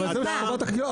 אתם רופאים?